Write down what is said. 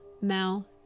Mel